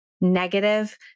negative